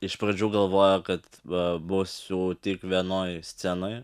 iš pradžių galvojo kad va būsiu tik vienoj scenoj